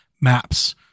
maps